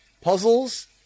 puzzles